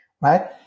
right